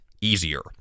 easier